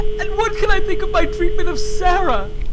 and what can i think of my treatment of sarah?